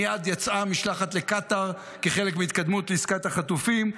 מייד יצאה המשלחת לקטר כחלק מהתקדמות לעסקת החטופים.